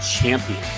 champion